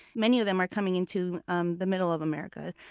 many of them are coming into um the middle of america.